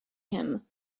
him